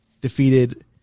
Defeated